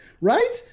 right